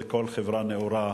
של כל חברה נאורה,